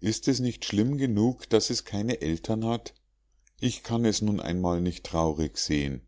ist es nicht schlimm genug daß es keine eltern hat ich kann es nun einmal nicht traurig sehen